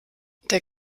der